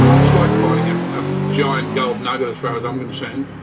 it's like finding a giant gold nugget as far as i'm concerned.